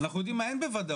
אנחנו יודעים מה אין בוודאות.